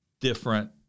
different